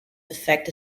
effect